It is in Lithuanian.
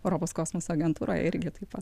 europos kosmoso agentūroje irgi taip pat